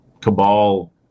cabal